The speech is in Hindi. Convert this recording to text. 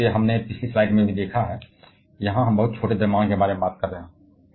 अब जैसा कि हमने पिछली स्लाइड में देखा है यहाँ हम बहुत छोटे द्रव्यमान के बारे में बात कर रहे हैं